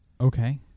Okay